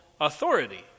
authority